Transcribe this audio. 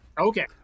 okay